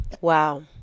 Wow